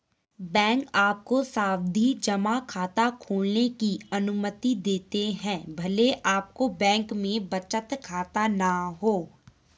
bank आपको सावधि जमा खाता खोलने की अनुमति देते हैं भले आपका बैंक में बचत खाता न हो